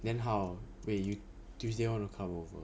then how wait you tuesday want to come over